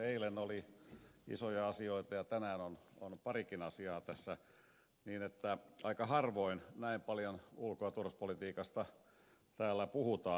eilen oli isoja asioita ja tänään on parikin asiaa tässä niin että aika harvoin näin paljon ulko ja turvallisuuspolitiikasta täällä puhutaan